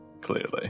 Clearly